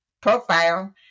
profile